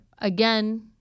again